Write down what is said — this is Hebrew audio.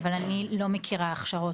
אבל אני לא מכירה הכשרות.